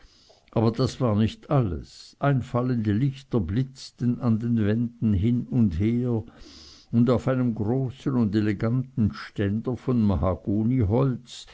aber das war nicht alles einfallende lichter blitzten an den wänden hin und her und auf einem großen und eleganten ständer von